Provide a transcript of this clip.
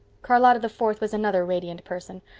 charlotta the fourth was another radiant person.